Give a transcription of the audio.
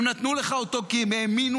הם נתנו לך אותו כי הם האמינו